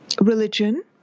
religion